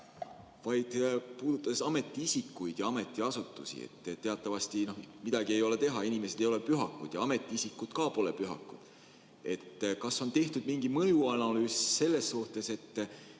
vaid puudutaks ametiisikuid ja ametiasutusi. Teatavasti midagi ei ole teha, inimesed ei ole pühakud ja ametiisikud ka pole pühakud. Kas on tehtud mingi mõjuanalüüs selles suhtes, et